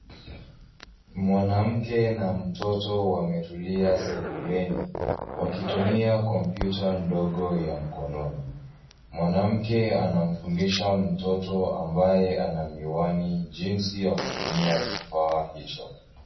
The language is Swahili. Mwanamke na mtoto wametulia sebuleni ,wakitumia kompyuta ndogo ya mkononi. Mwanamke anamfundisha mtoto ambaye ana miwani jinsi ya kutumia kifaa hicho.